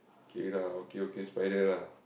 okay lah okay okay spider lah